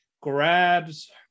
grabs